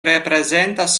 reprezentas